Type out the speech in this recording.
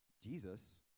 Jesus